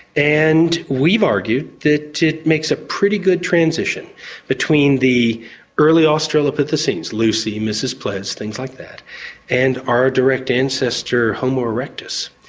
and we've argued that it makes a pretty good transition between the early australopithecines lucy, mrs ples, things like that and our direct ancestor homo erectus.